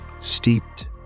steeped